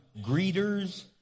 greeters